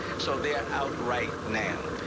so they are out right now.